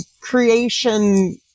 creation